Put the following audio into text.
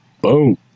Boom